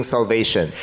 Salvation